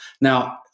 Now